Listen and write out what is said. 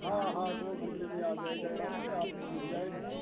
हाँ हाँ दो घंटे में आ जायेगा यहाँ पर आपको मिल जायेगा